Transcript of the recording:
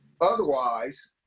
otherwise